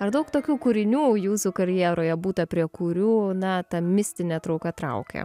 ar daug tokių kūrinių jūsų karjeroje būta prie kurių na ta mistinė trauka traukia